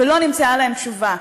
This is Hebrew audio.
ולא נמצאה להם תשובה.